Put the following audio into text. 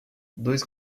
dois